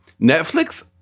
Netflix